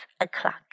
o'clock